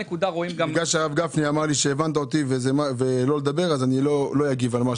הבנקים שהפרידו את חברות